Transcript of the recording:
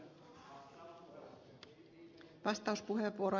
arvoisa puhemies